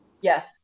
yes